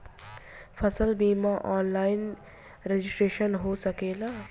फसल बिमा online registration हो सकेला?